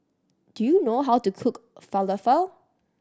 do you know how to cook Falafel